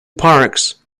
parks